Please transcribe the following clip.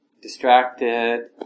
distracted